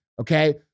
Okay